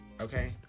okay